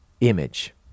image